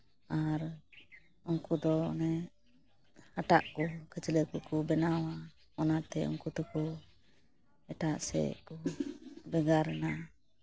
ᱟᱨ ᱩᱝᱠᱩ ᱫᱚ ᱚᱱᱮ ᱦᱟᱴᱟᱜ ᱠᱚ ᱠᱷᱟᱹᱪᱞᱟᱹᱜ ᱠᱚᱠᱚ ᱵᱮᱱᱟᱣᱟ ᱚᱱᱟᱛᱮ ᱩᱝᱠᱩ ᱫᱚᱠᱚ ᱮᱴᱟᱜ ᱥᱮᱫ ᱠᱚ ᱵᱷᱮᱜᱟᱨᱮᱱᱟ